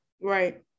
Right